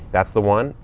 that's the one.